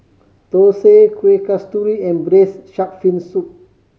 thosai Kuih Kasturi and Braised Shark Fin Soup